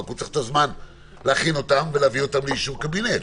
רק שהוא צריך את הזמן להכין אותם ולהביא אותם לאישור קבינט,